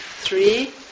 three